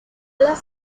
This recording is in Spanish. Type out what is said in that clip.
las